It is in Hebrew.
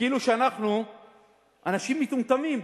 כאילו אנחנו אנשים מטומטמים,